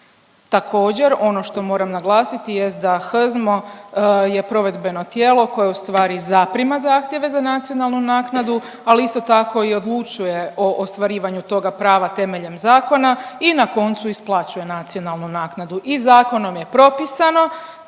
Također ono što moram naglasiti jest da HZMO je provedbeno tijelo koje ustvari zaprima zahtjeve za nacionalnu naknadu, ali isto tako i odlučuje o ostvarivanju toga prava temeljem zakona i na koncu isplaćuje nacionalnu naknadu i zakonom je propisano